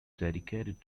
dedicated